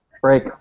Break